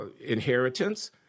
inheritance